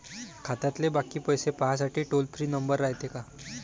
खात्यातले बाकी पैसे पाहासाठी टोल फ्री नंबर रायते का?